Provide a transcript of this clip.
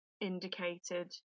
indicated